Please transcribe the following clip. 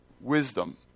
wisdom